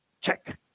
check